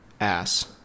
ass